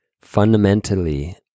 fundamentally